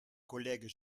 collègue